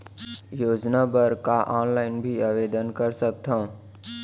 योजना बर का ऑनलाइन भी आवेदन कर सकथन?